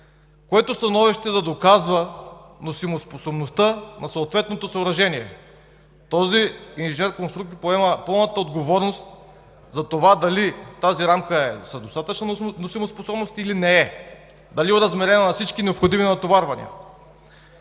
което становище да доказва носимоспособността на съответното съоръжение. Този инженер конструктор поема пълната отговорност дали тази рамка има достатъчна носимоспособност или не, дали оразмерява всички необходими натоварвания.